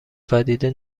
پدیده